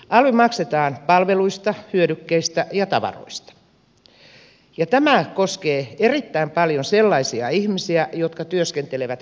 alvi maksetaan palveluista hyödykkeistä ja tavaroista ja tämä koskee erittäin paljon sellaisia ihmisiä jotka työskentelevät käsillään